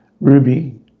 Ruby